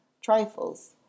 trifles